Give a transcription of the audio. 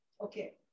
Okay